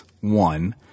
one